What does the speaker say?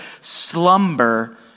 slumber